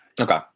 Okay